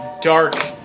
dark